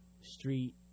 street